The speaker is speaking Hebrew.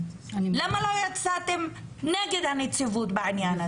למה לא יצאתם נגד הנציבות בעניין הזה?